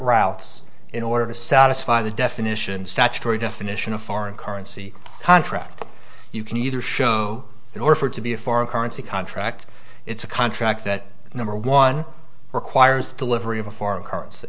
routes in order to satisfy the definition statutory definition a foreign currency contract you can either show it or for it to be a foreign currency contract it's a contract that number one requires delivery of a foreign c